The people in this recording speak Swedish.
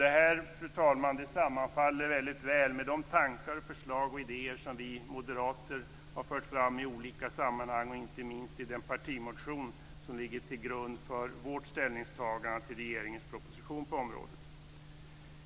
Detta, fru talman, sammanfaller väldigt väl med de tankar, förslag och idéer som vi moderater har fört fram i olika sammanhang - inte minst i den partimotion som ligger till grund för vårt ställningstagande till regeringens proposition på området.